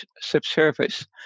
subsurface